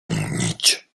nić